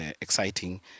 exciting